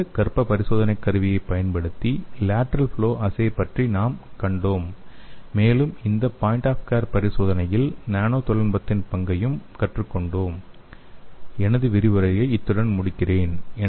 ஒரு எளிய கர்ப்ப பரிசோதனை கருவியைப் பயன்படுத்தி லேடரல் ஃப்லொ அஸ்ஸே பற்றி நாம் கண்டோம் மேலும் இந்த பாயிண்ட் ஆஃப் கேர் பரிசோதனையில் நானோ தொழில்நுட்பத்தின் பல்வேறு பங்கையும் கற்றுக்கொண்டோம் எனது விரிவுரையை இத்துடன் முடிக்கிறேன்